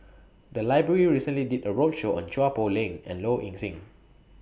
The Library recently did A roadshow on Chua Poh Leng and Low Ing Sing